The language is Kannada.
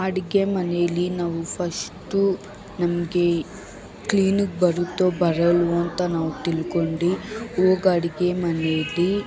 ಅಡಿಗೆ ಮನೇಲಿ ನಾವು ಫಸ್ಟು ನಮಗೆ ಕ್ಲಿನಾಗ್ ಬರುತ್ತೋ ಬರಲ್ವೊ ಅಂತ ನಾವು ತಿಳ್ಕೊಂಡು ಹೋಗಿ ಅಡಿಗೆ ಮನೇಲಿ